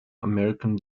american